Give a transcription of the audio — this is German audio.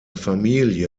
familie